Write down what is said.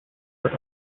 are